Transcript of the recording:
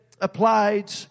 applied